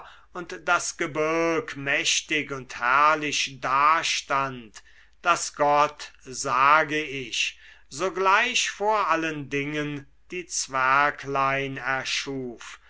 und das gebirg mächtig und herrlich dastand daß gott sage ich sogleich vor allen dingen die zwerglein erschuf